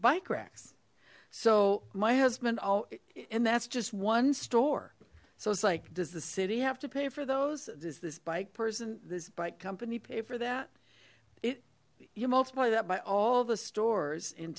bike racks so my husband oh and that's just one store so it's like does the city have to pay for those does this bike person this bike company pay for that it you multiply that by all the stores in